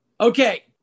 okay